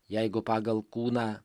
jeigu pagal kūną